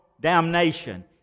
damnation